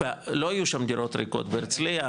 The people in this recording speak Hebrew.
לא יהיו שם דירות ריקות בהרצליה,